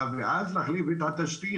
אבל זה כמו טיפה בים.